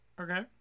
okay